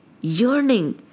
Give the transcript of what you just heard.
yearning